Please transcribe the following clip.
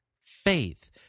faith